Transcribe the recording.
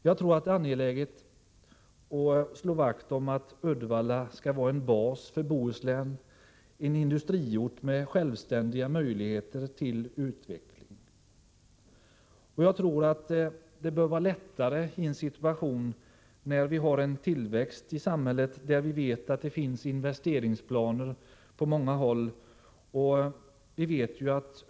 Jag tror att det är angeläget att slå vakt om att Uddevalla skall vara en bas för Bohuslän, en industriort med självständiga möjligheter till utveckling. Det bör vara lättare i en situation när vi har tillväxt i samhället och vi vet att det finns investeringsplaner på många håll.